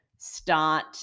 start